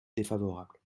défavorable